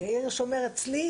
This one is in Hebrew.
יאיר הירש אומר "אצלי,